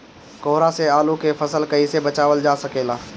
कोहरा से आलू के फसल कईसे बचावल जा सकेला?